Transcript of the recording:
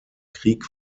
krieg